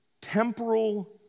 temporal